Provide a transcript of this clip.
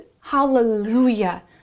hallelujah